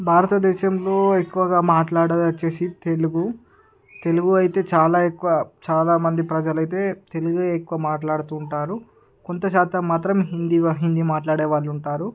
భారతదేశంలో ఎక్కువగా మాట్లాడేదొచ్చేసి తెలుగు తెలుగు అయితే చాలా ఎక్కువ చాలామంది ప్రజలైతే తెలుగే ఎక్కువ మాట్లాడుతుంటారు కొంతశాతం మాత్రం హిందీవ హిందీ మాట్లాడేవాళ్ళుంటారు